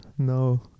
No